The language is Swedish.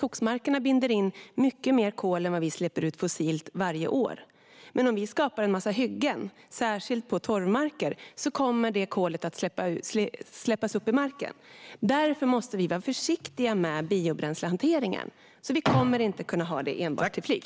De binder in mycket mer kol än vad vi släpper ut fossilt varje år. Men om vi skapar en massa hyggen, särskilt på torrmarker, kommer det kolet att släppas upp ur marken. Därför måste vi vara försiktiga med biobränslehanteringen. Vi kommer inte att kunna ha biobränslet enbart till flyg.